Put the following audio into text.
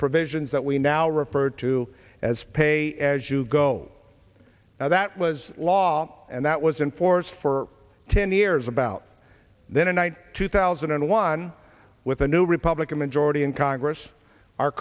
provisions that we now refer to as pay as you go now that was law and that was in force for ten years about the night two thousand and one with a new republican majority in congress our